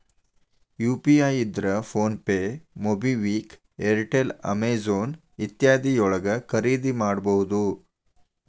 UPI ಇದ್ರ PhonePe MobiKwik Airtel Amazon ಇತ್ಯಾದಿ ಯೊಳಗ ಖರಿದಿಮಾಡಬಹುದು